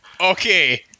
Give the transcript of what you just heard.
Okay